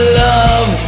love